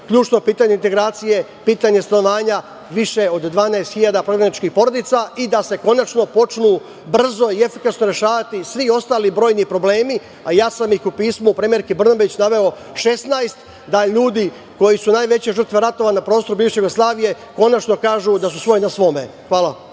ključno pitanje integracije, pitanje stanovanja više od 12.000 prognanih porodica i da se konačno počnu brzo i efikasno rešavati svi ostali brojni problemi, a ja sam ih u pismu premijerki Brnabić naveo 16, da ljudi koji su najveće žrtve ratova na prostoru bivše Jugoslavije konačno kažu da su svoj na svome. Hvala.